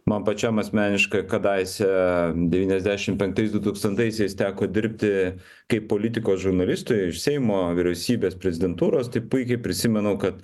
man pačiam asmeniškai kadaise devyniasdešim penktais dutūkstantaisiais teko dirbti kaip politikos žurnalistui iš seimo vyriausybės prezidentūros tai puikiai prisimenu kad